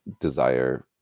desire